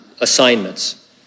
assignments